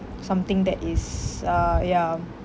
something that is uh ya